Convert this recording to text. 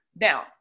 Now